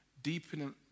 Deepen